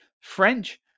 French